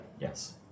Yes